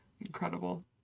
Incredible